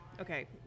okay